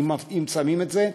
אם שמים את זה,